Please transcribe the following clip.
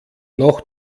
noch